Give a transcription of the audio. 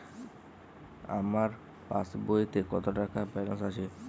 আমার পাসবইতে কত টাকা ব্যালান্স আছে?